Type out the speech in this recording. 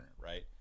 right